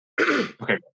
Okay